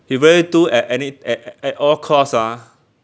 he really do at any at at at all cost ah